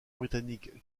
britannique